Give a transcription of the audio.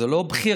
זו לא בחירה,